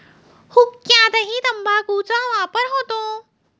हुक्क्यातही तंबाखूचा वापर होतो